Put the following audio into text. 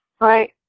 Right